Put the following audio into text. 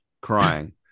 crying